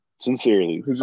Sincerely